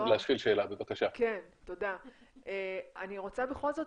אני רוצה בכל זאת